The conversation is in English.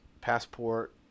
passport